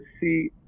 see